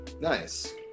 Nice